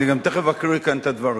אני גם תיכף אקריא כאן את הדברים: